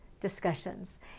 discussions